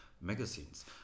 magazines